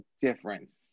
difference